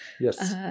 Yes